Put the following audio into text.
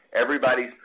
Everybody's